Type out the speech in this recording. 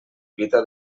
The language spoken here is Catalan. evita